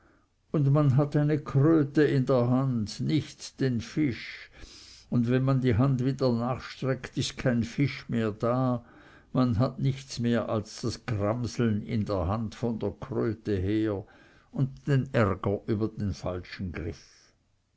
und man hat eine kröte in der hand nicht den fisch und wenn man die hand wieder nachstreckt ist kein fisch mehr da man hat nichts mehr als das gramseln in der hand von der kröte her und den ärger über den falschen griff